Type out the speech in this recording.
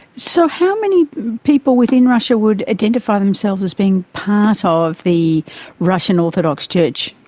so how many people within russia would identify themselves as being part ah of the russian orthodox church?